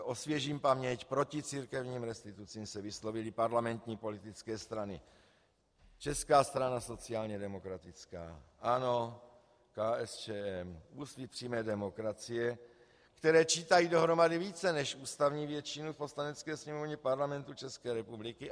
Osvěžím paměť proti církevním restitucím se vyslovily parlamentní politické strany: Česká strana sociálně demokratická, ANO, KSČM, Úsvit přímé demokracie, které čítají dohromady více než ústavní většinu v Poslanecké sněmovně Parlamentu České republiky.